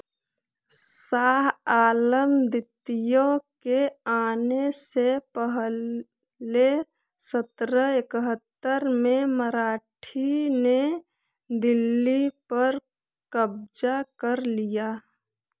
शाह आलम द्वितीय के आने से पहले सत्रह इकहत्तर में मराठी ने दिल्ली पर क़ब्ज़ा कर लिया